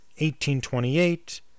1828